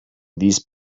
these